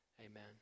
Amen